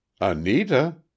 Anita